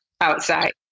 outside